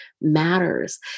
matters